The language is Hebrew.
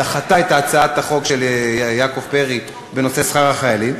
דחתה את הצעת החוק של יעקב פרי בנושא שכר החיילים,